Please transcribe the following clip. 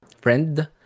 Friend